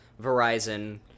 Verizon